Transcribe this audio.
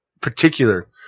particular